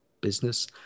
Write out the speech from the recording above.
business